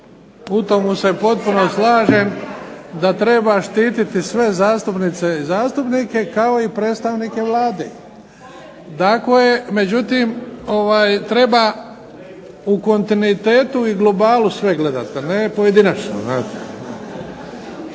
U tome se potpuno slažem da treba štititi sve zastupnice i zastupnike kao i predstavnike Vlade. Dakle, međutim treba u kontinuitetu i globalu sve gledati, a ne pojedinačno,